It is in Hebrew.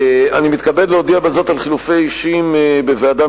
אני מתכבד להודיע בזאת על חילופי אישים בוועדה